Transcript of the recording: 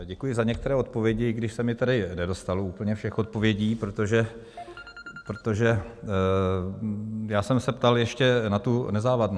Děkuji za některé odpovědi, i když se mi tady nedostalo úplně všech odpovědí, protože já jsem se ptal ještě na tu nezávadnost.